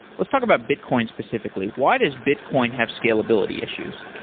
let's talk about bitcoin specifically. why does bitcoin have scalability issues?